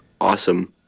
Awesome